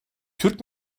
türk